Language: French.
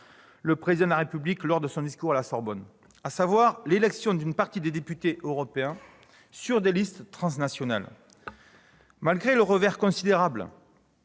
du Président de la République dans son discours de la Sorbonne, à savoir l'élection d'une partie des députés européens sur des listes transnationales. Malgré le revers considérable